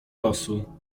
losu